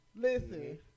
Listen